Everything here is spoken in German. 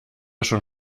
schon